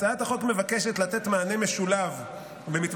הצעת החוק מבקשת לתת מענה משולב למתמחים